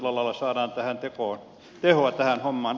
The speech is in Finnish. sillä lailla saadaan tehoa tähän hommaan